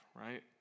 right